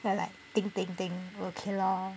then I'm like think think think okay lor